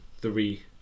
three